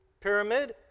pyramid